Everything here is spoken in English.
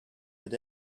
had